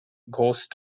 ghost